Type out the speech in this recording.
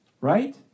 Right